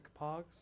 pogs